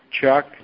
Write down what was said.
Chuck